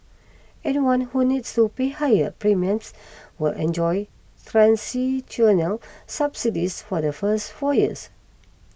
anyone who needs to pay higher premiums will enjoy transitional subsidies for the first four years